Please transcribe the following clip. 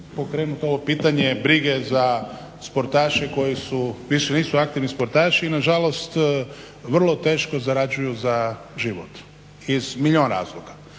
pokrenuti ovo pitanje brige za sportaše koji su … aktivni sportaši, nažalost vrlo teško zarađuju za život iz milijun razloga.